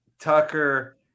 tucker